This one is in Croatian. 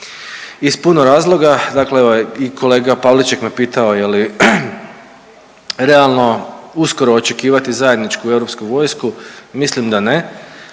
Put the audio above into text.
iz puno razloga, dakle evo i kolega Pavliček me pitao je li realno uskoro očekivati zajedničku europsku vojsku. Mislim da ne,